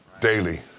Daily